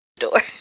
door